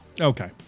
Okay